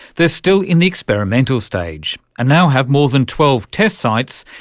they're still in the experimental stage and now have more than twelve test sites,